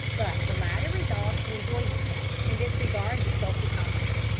but the latter resolved to enjoy himself and disregard his sulky comrade.